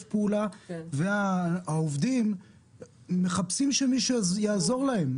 פעולה והעובדים מחפשים שמישהו יעזור להם.